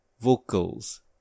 vocals